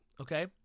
Okay